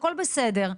הכל בסדר,